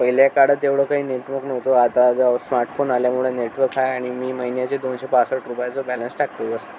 पहिल्या काळात एवढं काही नेटवर्क नव्हतं आता जेव्हा स्मार्टफोन आल्यामुळं नेटवर्क आहे आणि मी महिन्याचे दोनशे पासष्ट रुपयाचे बॅलन्स टाकतो बस